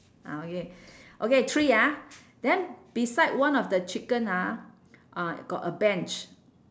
ah okay okay three ah then beside one of the chicken ah uh got a bench